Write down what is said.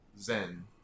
zen